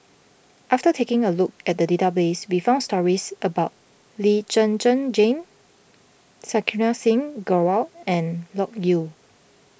after taking a look at the database we found stories about Lee Zhen Zhen Jane Santokh Singh Grewal and Loke Yew